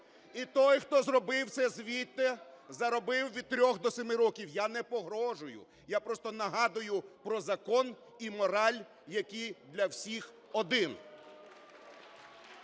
І той, хто зробив це звідти, заробив від 3 до 7 років. Я не погрожую, я просто нагадую про закон і мораль, який для всіх один.